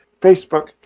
Facebook